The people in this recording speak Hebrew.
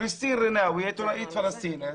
כריסטי רנוועי, עיתונאית פלסטינית,